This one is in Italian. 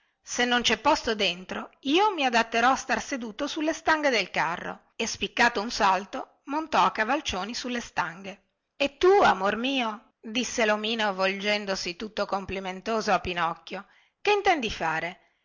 se non cè posto dentro io mi adatterò a star seduto sulle stanghe del carro e spiccato un salto montò a cavalcioni sulle stanghe e tu amor mio disse lomino volgendosi tutto complimentoso a pinocchio che intendi fare